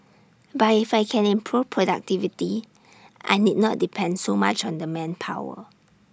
but if I can improve productivity I need not depend so much on the manpower